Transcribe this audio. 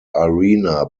arena